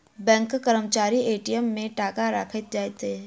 बैंकक कर्मचारी ए.टी.एम मे टाका राइख जाइत छै